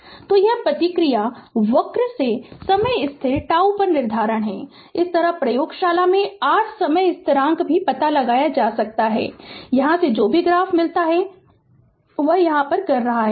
Refer Slide Time 1650 तो यह प्रतिक्रिया वक्र से समय स्थिर τ का निर्धारण है इस तरह प्रयोगशाला में r समय स्थिरांक भी पता लगाया जा सकता है जहां से जो भी ग्राफ मिलता है वह कर सकता है